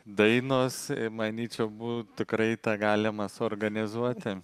dainos manyčiau būtų tikrai tą galima suorganizuoti